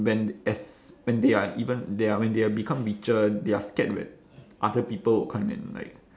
when as when they are even they are when they are become richer they are scared when other people will come and like